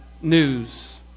news